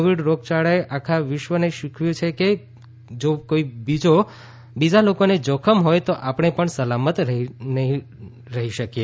Covid રોગયાળાએ આખા વિશ્વને શીખવ્યું છે કે જો બીજા લોકોને જોખમ હોય તો આપણે પણ સલામત નહી રહી શકીએ